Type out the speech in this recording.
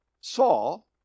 Saul